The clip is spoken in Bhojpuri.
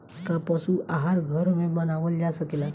का पशु आहार घर में बनावल जा सकेला?